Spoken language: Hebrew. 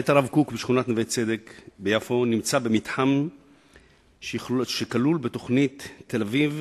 בית הרב קוק בשכונת נווה-צדק ביפו נמצא במתחם שכלול בתוכנית תל-אביב